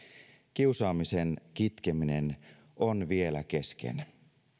kiusaamisen kitkeminen on vielä kesken